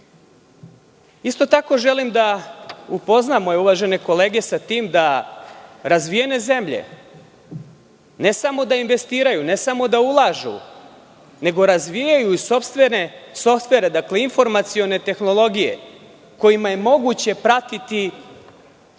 tako, želim da upoznam moje uvažene kolege sa tim da razvijene zemlje, ne samo da investiraju, ne samo da ulažu, nego razvijaju sopstvene softvere, dakle, informacione tehnologije kojima je moguće pratiti sve